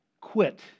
quit